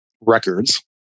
records